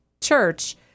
church